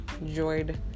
enjoyed